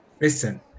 listen